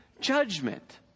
judgment